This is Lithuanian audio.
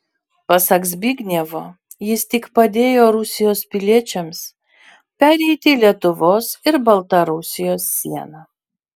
pasak zbignevo jis tik padėjo rusijos piliečiams pereiti lietuvos ir baltarusijos sieną